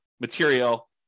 material